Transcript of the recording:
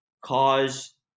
cause